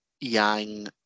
yang